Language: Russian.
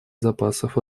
запасов